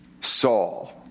Saul